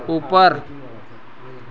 ऊपर